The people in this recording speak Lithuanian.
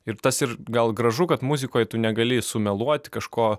ir tas ir gal gražu kad muzikoj tu negali sumeluot kažko